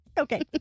Okay